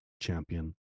champion